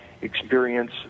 experience